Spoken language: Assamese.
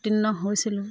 উত্তীৰ্ণ হৈছিলোঁ